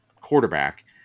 quarterback